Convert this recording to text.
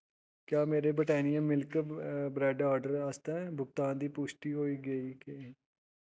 क्या मेरे Britannia milk bread order आस्तै भुगतान दी पुश्टि होई गेई ऐ